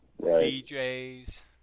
CJ's